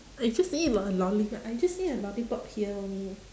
I just eat a lolli~ I just eat a lollipop here only